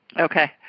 Okay